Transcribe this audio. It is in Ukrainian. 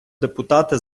депутати